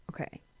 okay